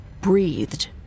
breathed